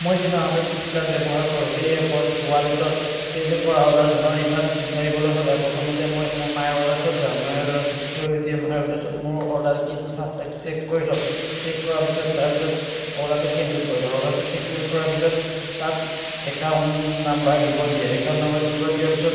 মই সাধাৰণতে ফ্লিপকাৰ্ট ব্যৱহাৰ কৰোঁ এই এপত ৱালেটত কেন্সেল কৰা অৰ্ডাৰ ধনৰ ৰিফাণ্ড বিচাৰিবলৈ হ'লে প্ৰথমতে মই মোৰ মাই অৰ্ডাৰছত যাম মাই অৰ্ডাৰছত গৈ উঠি মাই অৰ্ডাৰছত মোৰ অৰ্ডাৰ কি আছিল ফাৰ্ষ্ট তাক চেক কৰি ল'ম চেক কৰাৰ পিছত তাৰপিছত অৰ্ডাৰটো কেন্সেল কৰি দিওঁ অৰ্ডাৰটো কেন্সেল কৰাৰ পিছত তাত একাউণ্ট নাম্বাৰ দিব দিয়ে একাউণ্ট নাম্বাৰ দিব দিয়াৰ পিছত